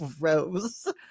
gross